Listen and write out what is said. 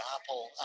Apple